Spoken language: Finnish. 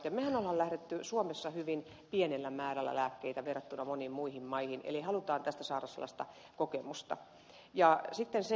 mehän olemme lähteneet suomessa hyvin pienellä määrällä lääkkeitä verrattuna moniin muihin maihin eli halutaan tästä saada sellaista kokemusta